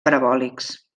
parabòlics